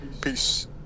peace